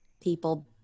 people